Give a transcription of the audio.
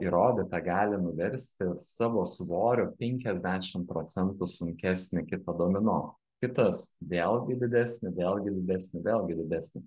įrodyta gali nuversti savo svoriu penkiasdešim procentų sunkesnį kitą domino kitas vėlgi didesnį vėlgi didesnį vėlgi didesnį